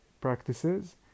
Practices